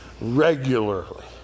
regularly